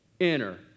enter